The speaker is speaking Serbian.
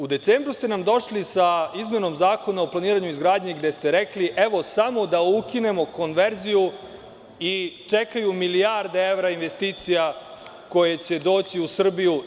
U decembru mesecu ste nam došli sa izmenom Zakona o planiranju i izgradnji gde ste rekli- evo, samo da ukinemo konverziju i čekaju milijarde evra investicija koje će doći u Srbiju.